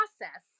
process